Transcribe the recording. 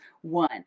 One